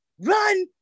run